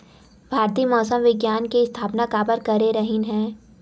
भारती मौसम विज्ञान के स्थापना काबर करे रहीन है?